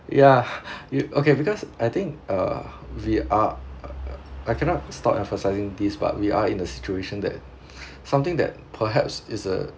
ya you okay because I think uh we are err err I cannot stop emphasizing these but we are in a situation that something that perhaps is a